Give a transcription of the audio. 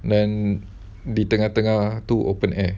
dan di tengah-tengah tu open air